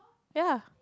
ya